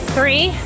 Three